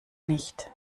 nicht